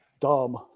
dumb